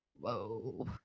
Whoa